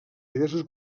diversos